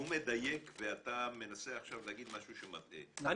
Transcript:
הוא מדייק ואתה מנסה עכשיו להגיד משהו שהוא מטעה.